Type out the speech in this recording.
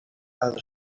other